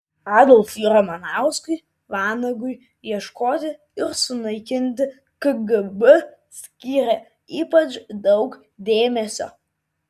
adolfui ramanauskui vanagui ieškoti ir sunaikinti kgb skyrė ypač daug dėmesio